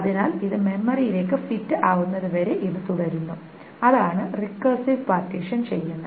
അതിനാൽ ഇത് മെമ്മറിയിലേക്ക് ഫിറ്റ് ആവുന്നത് വരെ ഇത് തുടരുന്നു അതാണ് റിക്കർസീവ് പാർട്ടീഷൻ ചെയ്യുന്നത്